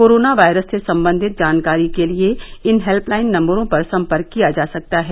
corona virus से संबंधित जानकारी के लिए इन हेल्यलाइन नंबरों पर संपर्क किया जा सकता है